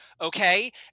okay